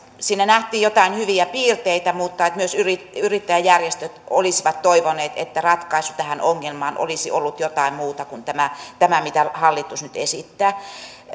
siinä nähtiin joitain hyviä piirteitä mutta myös yrittäjäjärjestöt olisivat toivoneet että ratkaisu tähän ongelmaan olisi ollut jotain muuta kuin tämä tämä mitä hallitus nyt esittää